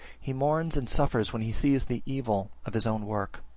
he mourns and suffers when he sees the evil of his own work.